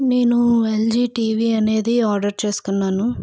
నేను LG TV అనేది order చేసుకున్నాను